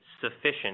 sufficient